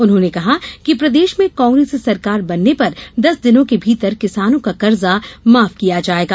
उन्होंने कहा कि प्रदेश में कांग्रेस सरकार बनने पर दस दिनों के भीतर किसानों का कर्जा माफ किया जायेगा